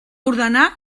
ordenar